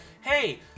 hey